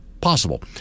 possible